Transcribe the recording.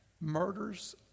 Murders